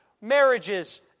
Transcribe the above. marriages